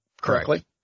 correctly